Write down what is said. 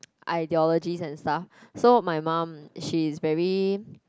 ideology and stuff so my mum she is very